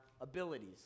abilities